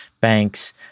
banks